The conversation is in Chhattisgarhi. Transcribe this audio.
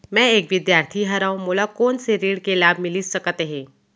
मैं एक विद्यार्थी हरव, मोला कोन से ऋण के लाभ मिलिस सकत हे?